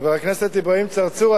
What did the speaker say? חבר הכנסת אברהים צרצור,